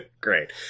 Great